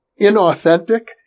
inauthentic